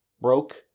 broke